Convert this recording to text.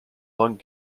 lung